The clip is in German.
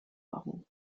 machen